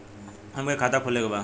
हमके खाता खोले के बा?